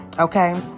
okay